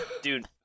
dude